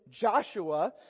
Joshua